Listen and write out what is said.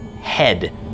head